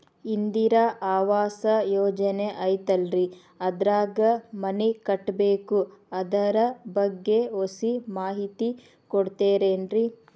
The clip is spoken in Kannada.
ಇಂದಿರಾ ಆವಾಸ ಯೋಜನೆ ಐತೇಲ್ರಿ ಅದ್ರಾಗ ಮನಿ ಕಟ್ಬೇಕು ಅದರ ಬಗ್ಗೆ ಒಸಿ ಮಾಹಿತಿ ಕೊಡ್ತೇರೆನ್ರಿ?